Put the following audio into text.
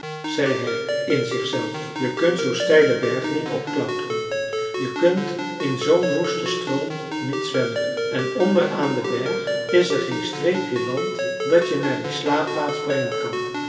zei hij in zich zelf je kunt zoo'n steilen berg niet opklauteren je kunt in zoo'n woesten stroom niet zwemmen en onder aan den berg is geen streepje land dat je naar die slaapplaats brengen kan